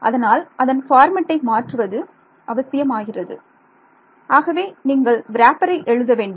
அதனால் அதன் பார்மட்டை மாற்றுவது அவசியமாகிறது ஆகவே நீங்கள் வ்ரேப்பரை எழுத வேண்டும்